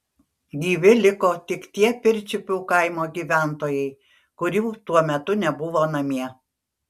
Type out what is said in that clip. gyvi liko tik tie pirčiupių kaimo gyventojai kurių tuo metu nebuvo namie